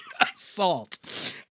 assault